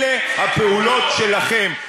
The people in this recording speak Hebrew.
אלה הפעולות שלכם.